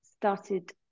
started